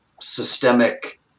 systemic